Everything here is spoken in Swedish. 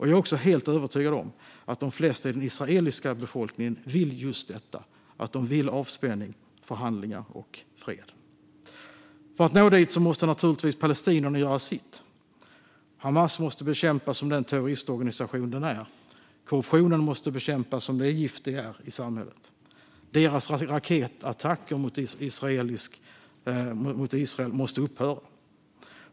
Jag är också helt övertygad om att de flesta i den israeliska befolkningen vill ha just detta: avspänning, förhandlingar och fred. För att nå dit måste naturligtvis också palestinierna göra sitt. Korruptionen måste bekämpas som det gift det är i samhället. Hamas måste bekämpas som den terroristorganisation den är. Deras raketattacker mot Israel måste upphöra.